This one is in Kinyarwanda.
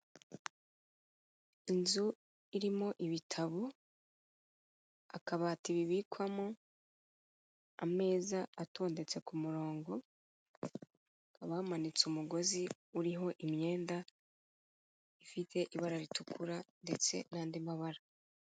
Inzu irimo ibitabo, akabati bibikwamo, ameza atondetse ku murongo, hakaba hamanitse umugozi uriho imyenda ifite ibara ritukura ndetse n'andi mabara.